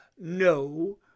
no